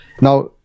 Now